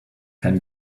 ken